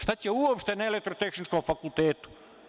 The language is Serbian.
Šta će uopšte na Elektrotehničkom fakultetu?